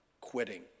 quitting